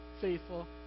faithful